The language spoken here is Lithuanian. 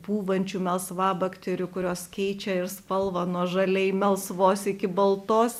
pūvančių melsvabakterių kurios keičia ir spalvą nuo žaliai melsvos iki baltos